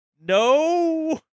no